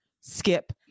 skip